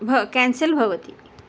भ केन्सल् भवति